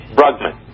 Brugman